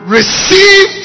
Receive